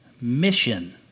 Mission